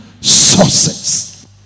sources